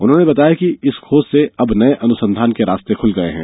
उन्होंने बताया कि अब इस खोज से अब नए अनुसंधान के रास्ते खुल गए है